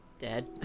dead